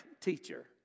teacher